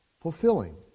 Fulfilling